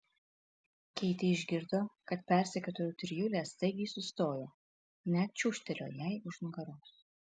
keitė išgirdo kad persekiotojų trijulė staigiai sustojo net čiūžtelėjo jai už nugaros